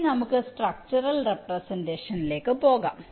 ഇനി നമുക്ക് സ്ട്രക്ച്ചറൽ റെപ്രെസെന്റഷനിലേക്ക് പോകാം